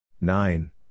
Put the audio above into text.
Nine